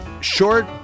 short